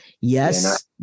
Yes